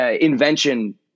invention